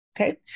Okay